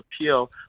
appeal